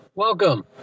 Welcome